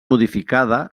modificada